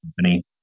company